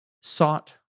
sought